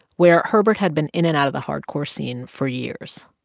where herbert had been in and out of the hardcore scene for years.